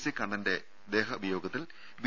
C കണ്ണന്റെ ദേഹവിയോഗത്തിൽ B